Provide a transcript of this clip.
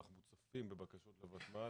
אנחנו משתתפים בבקשות הוותמ"ל,